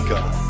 God